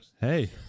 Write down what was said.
Hey